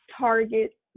target